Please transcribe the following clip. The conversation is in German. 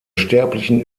sterblichen